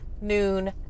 noon